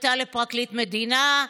טיוטה לפרקליט מדינה,